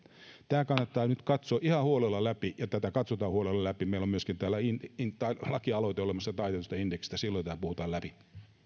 tämä kannattaa nyt katsoa ihan huolella läpi ja tätä katsotaan huolella läpi meillä on täällä myöskin lakialoite olemassa taitetusta indeksistä silloin tämä puhutaan läpi